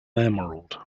emerald